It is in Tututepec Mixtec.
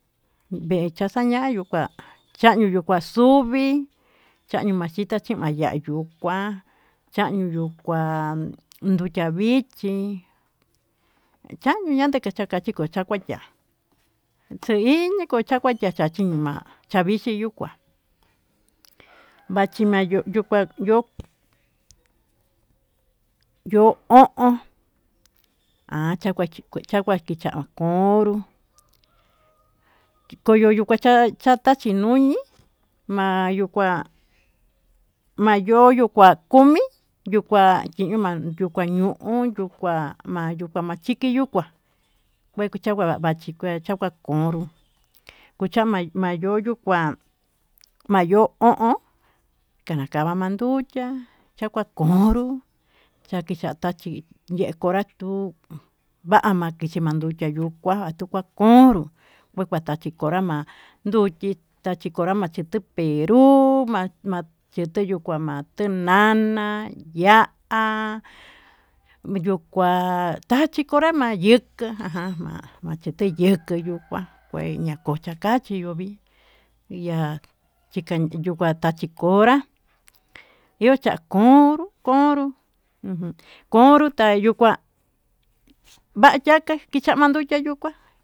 Vee xachañañu kuá chañuu va'a xuví chanuu maxita chiva'a yuu, kua chanio yuu kuá an nduchia vichí chandio yachí kua chakan nda kua ya'á xeiñi kochakuacha, ñuu ma'a xavii xhii yuu kuá machivayo yo'o yo'ó o'on ha vachi kuchikué kichan onró koyo yuu kuacha kachachi yuñi, mayuu kua mayoyo kuá komi yuu kuá ima'a yukua ño'o yuu kua mayuka machí kiyukua kua changua kachikua changuá, konro kucha ma'a yo'ó yuu kua ma'a yo'ó ho kand akama manduchiá cha'a konró chakicha tachí yee komnrá tuu va'a ma'a kiche manduchia yuu kuanga tuu matonró, kue katachí konrama'a nduckachi tachi konrama tanduchí manruma'a chete yuu kua mate nana ma'a ya'á yuu kua tachí konram'a, yuka'a ajan ma'a machete yeke yo'o kua kueña kocha kachí yovii ya'á chikan nduka tachí konrá yochan konro konró ujun konró tayuu kuá vayaka kicha'a mandukia yuu kuá.